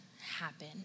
happen